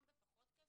בפחות כסף.